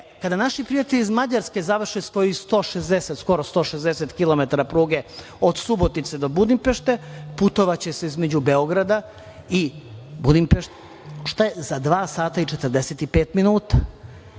Kada naši prijatelji iz Mađarske završe svojih skoro 160 kilometara pruge od Subotice do Budimpešte, putovaće se između Beograda i Budimpešte za dva sata i 45 minuta,